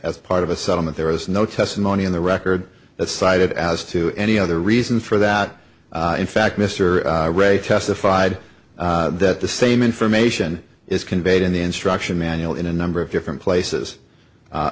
as part of a settlement there was no testimony in the record that cited as to any other reason for that in fact mr ray testified that the same information is conveyed in the instruction manual in a number of different places